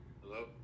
Hello